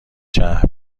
شهر